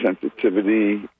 sensitivity